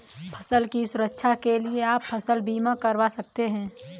फसल की सुरक्षा के लिए आप फसल बीमा करवा सकते है